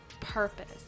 purpose